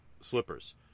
slippers